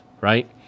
right